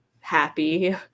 happy